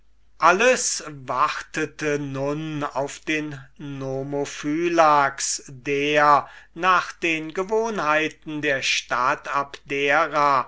alles wartete nun auf den nomophylax der nach den gewohnheiten der stadt abdera